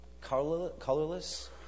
colorless